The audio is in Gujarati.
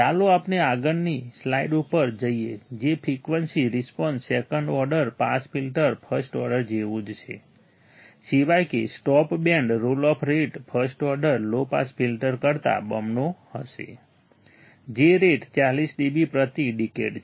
ચાલો આપણે આગળની સ્લાઇડ ઉપર જઈએ કે frequency response second order pass filter first order જેવું જ છે સિવાય કે stop band roll off rate first order low pass filter કરતા બમણો હશે જે રેટ 40 dB પ્રતિ ડિકેડ છે